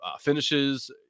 finishes